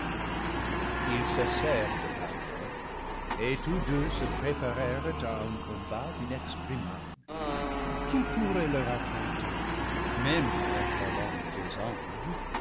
ils cessèrent de parler et tous deux se préparèrent à un combat inexprimable qui pourrait le raconter même avec la langue des anges